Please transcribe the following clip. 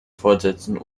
fortsetzen